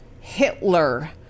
Hitler